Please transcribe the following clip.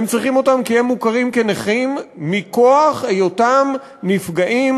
הם צריכים אותן כי הם מוכרים כנכים מכוח היותם נפגעים,